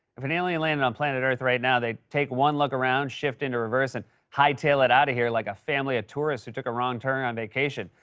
if an alien landed on planet earth right now, they'd take one look around, shift into reverse, and hightail it outta here like a family of tourists who took a wrong turn on vacation.